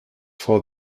for